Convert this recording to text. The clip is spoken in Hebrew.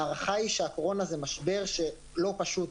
ההערכה היא שהקורונה זה משבר לא פשוט,